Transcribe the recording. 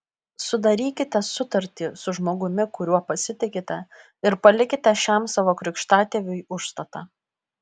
sudarykite sutartį su žmogumi kuriuo pasitikite ir palikite šiam savo krikštatėviui užstatą